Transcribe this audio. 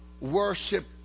worship